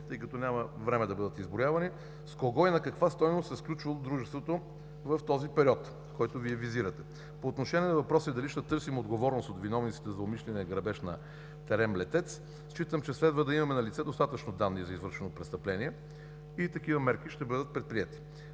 тъй като няма време да бъдат изброявани, с кого и на каква стойност е сключвало в дружеството в този период, който Вие визирате. По отношение на въпроса дали ще търсим отговорност от виновниците на умишления грабеж на „ТЕРЕМ – Летец“, считам че следва да имаме налице достатъчно данни за извършено престъпление и такива мерки ще бъдат предприети.